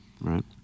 Right